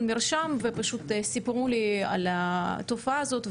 "מרשם" ופשוט סיפרו לי על התופעה הזאת.